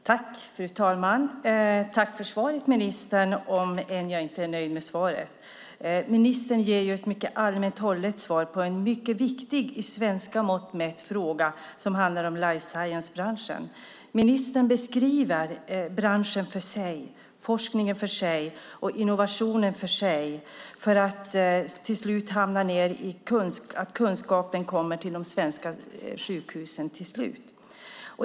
Fru talman! Jag tackar ministern för svaret, även om jag inte är nöjd med det. Ministern ger ett mycket allmänt hållet svar på en enligt svenska mått mätt mycket viktig fråga om life science-branschen. Ministern beskriver branschen för sig, forskningen för sig och innovationerna för sig. Till slut kommer kunskapen till de svenska sjukhusen.